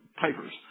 papers